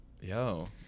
Yo